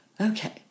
Okay